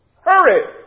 Hurry